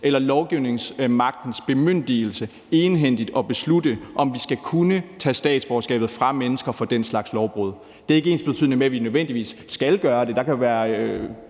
eller lovgivningsmagtens bemyndigelse egenhændigt at beslutte, om vi skal kunne tage statsborgerskabet fra mennesker for den slags lovbrud. Det er ikke ensbetydende med, at vi nødvendigvis skal gøre det.